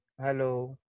Hello